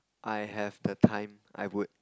I have the time I would